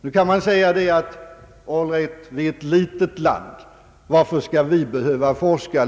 Nu kan det sägas att Sverige är ett litet land. Varför skall vi behöva forska?